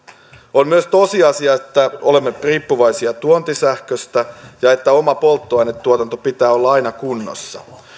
on myös tosiasia että olemme riippuvaisia tuontisähköstä ja että oman polttoainetuotannon pitää olla aina kunnossa